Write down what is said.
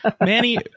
manny